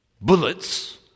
bullets